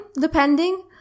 depending